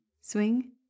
swing